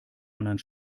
anderen